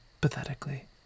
pathetically